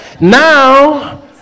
Now